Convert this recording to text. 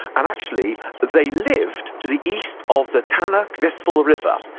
and actually, they lived to the east of the tanais vistula river,